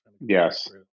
Yes